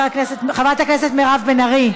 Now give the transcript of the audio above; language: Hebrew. חברת הכנסת מירב בן ארי,